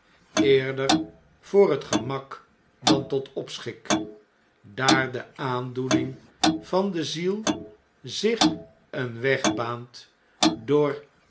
eerder voor het gemak dan tot opschik daar de aandoening van de ziel zich een wegbaant door